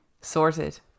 Sorted